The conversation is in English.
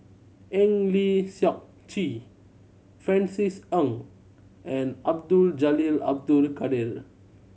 Eng Lee Seok Chee Francis Ng and Abdul Jalil Abdul Kadir